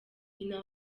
nyina